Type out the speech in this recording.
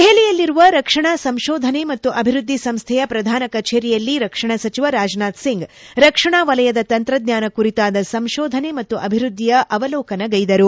ದೆಹಲಿಯಲ್ಲಿರುವ ರಕ್ಷಣಾ ಸಂಶೋಧನೆ ಮತ್ತು ಅಭಿವೃದ್ಧಿ ಸಂಶೈಯ ಪ್ರಧಾನ ಕಭೇರಿಯಲ್ಲಿ ರಕ್ಷಣಾ ಸಚಿವ ರಾಜ್ನಾಥ್ ಸಿಂಗ್ ರಕ್ಷಣಾ ವಲಯದ ತಂತ್ರಜ್ಞಾನ ಕುರಿತಾದ ಸಂಶೋಧನೆ ಮತ್ತು ಅಭಿವ್ಯದ್ದಿಯ ಅವಲೋಕನಗ್ಟೆದರು